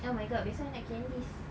oh my god besok I nak candies